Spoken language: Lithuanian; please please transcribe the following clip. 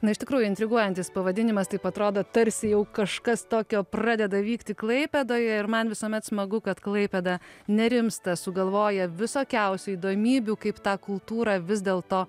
na iš tikrųjų intriguojantis pavadinimas taip atrodo tarsi jau kažkas tokio pradeda vykti klaipėdoje ir man visuomet smagu kad klaipėda nerimsta sugalvoja visokiausių įdomybių kaip tą kultūrą vis dėlto